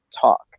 talk